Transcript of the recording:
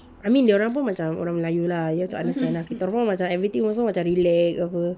I mean dorang pun macam orang melayu lah you have to understand lah kita orang pun macam everything also macam relax apa